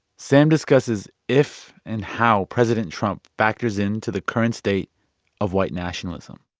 sam discusses if and how president trump factors in to the current state of white nationalism